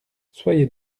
soyez